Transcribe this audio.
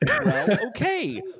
Okay